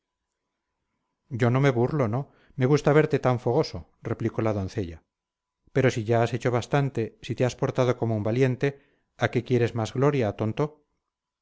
yo no me burlo no me gusta verte tan fogoso replicó la doncella pero si ya has hecho bastante si te has portado como un valiente a qué quieres más gloria tonto